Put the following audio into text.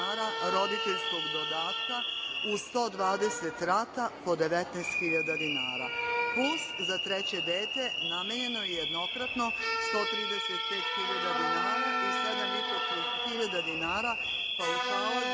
roditeljskog dodatka u 120 rata po 19.000 dinara, plus za treće dete namenjeno je jednokratno 135.000 dinara i sedam i po